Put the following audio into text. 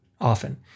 often